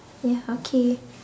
ya okay